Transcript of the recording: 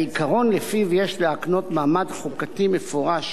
העיקרון שלפיו יש להקנות מעמד חוקתי מפורש